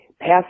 passed